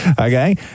Okay